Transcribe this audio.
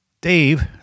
Dave